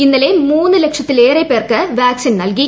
ഇന്നലെ മൂന്നു ലക്ഷത്തിലേറെ പേർക്ക് വാക്സിൻ നൽകി